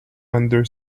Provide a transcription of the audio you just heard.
under